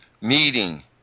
meeting